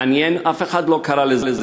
מעניין, אף אחד לא קרא לזה: